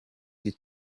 you